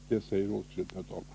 Det säger åtskilligt, herr talman!